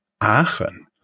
Aachen